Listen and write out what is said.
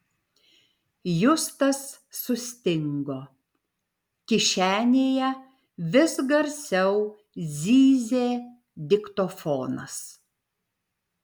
justas sustingo kišenėje vis garsiau zyzė diktofonas